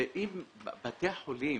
ואם בתי החולים